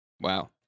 wow